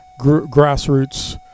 grassroots